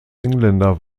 engländer